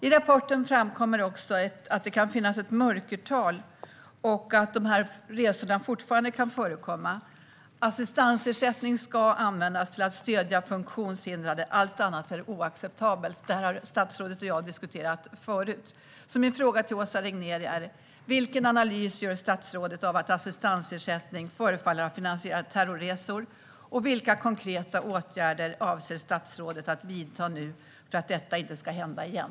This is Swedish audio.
I rapporten framkommer det också att det kan finnas ett mörkertal och att dessa resor fortfarande kan förekomma. Assistansersättning ska användas till att stödja funktionshindrade. Allt annat är oacceptabelt - det har statsrådet och jag diskuterat förut. Jag vill fråga Åsa Regnér: Vilken analys gör statsrådet av att det förefaller som att assistansersättning har använts för att finansiera terrorresor? Vilka konkreta åtgärder avser statsrådet att nu vidta för att detta inte ska hända igen?